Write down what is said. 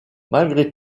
malgré